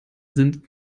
sind